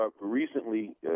recently